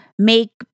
make